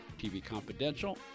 tvconfidential